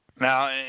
Now